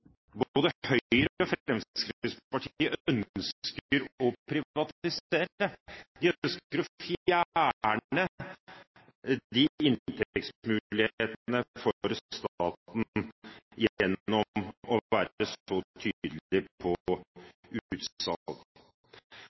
både Høyre og Fremskrittspartiet ønsker å privatisere. De ønsker å fjerne de inntektsmulighetene for staten gjennom å være så tydelige på